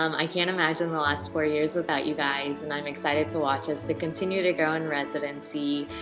um i can't imagine the last four years without you guys. and i'm excited to watch us to continue to grow in residency.